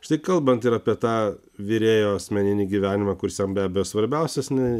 štai kalbant ir apie tą virėjo asmeninį gyvenimą kuris jam be abejo svarbiausias ne